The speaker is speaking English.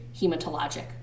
hematologic